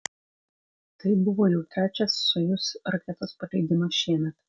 tai buvo jau trečias sojuz raketos paleidimas šiemet